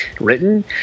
written